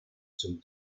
zum